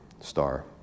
star